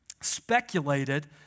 speculated